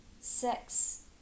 sex